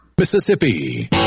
Mississippi